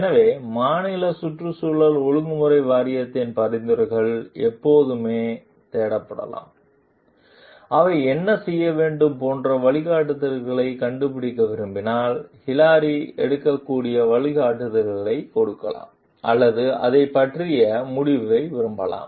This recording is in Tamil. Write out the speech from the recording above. எனவே மாநில சுற்றுச்சூழல் ஒழுங்குமுறை வாரியத்தின் பரிந்துரைகள் எப்போதுமே தேடப்படலாம் அவை என்ன செய்ய வேண்டும் போன்ற வழிகாட்டுதல்களைக் கண்டுபிடிக்க விரும்பினால் ஹிலாரி எடுக்கக்கூடிய வழிகாட்டுதல்களைக் கொடுக்கலாம் அல்லது அதைப் பற்றிய முடிவை விரும்பலாம்